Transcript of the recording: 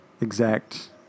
exact